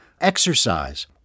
exercise